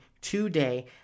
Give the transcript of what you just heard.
today